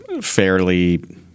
fairly